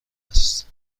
است